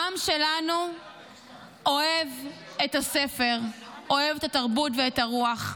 העם שלנו אוהב את הספר, אוהב את התרבות ואת הרוח.